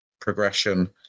progression